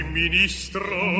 ministro